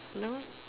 know